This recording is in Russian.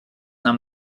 нам